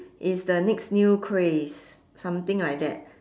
is the next new craze something like that